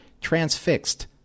transfixed